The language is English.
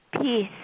peace